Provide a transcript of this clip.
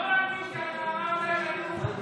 אני לא מאמין שאתה אמרת את הנאום הזה.